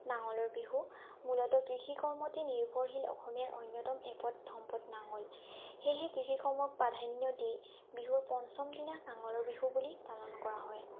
নাঙলৰ বিহু মূলত কৃষি কৰ্মতে নিৰ্ভৰশীল অসমীয়াৰ অন্যতম এপদ সম্পদ নাঙল সেয়েহে কৃষিকৰ্মক প্ৰাধান্য দি বিহুৰ পঞ্চম দিনা নাঙলৰ বিহু বুলি পালন কৰা হয়